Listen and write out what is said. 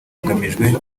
hagamijwe